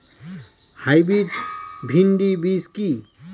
Hybrid ভীন্ডি বীজ কি?